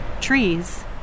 trees